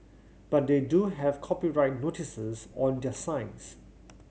but they do have copyright notices on their sites